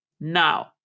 Now